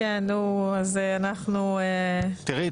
תראי,